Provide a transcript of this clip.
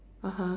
(uh huh)